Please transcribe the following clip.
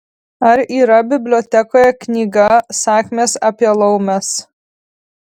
ar yra bibliotekoje knyga sakmės apie laumes